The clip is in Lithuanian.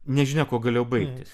nežinia kuo galėjo baigtis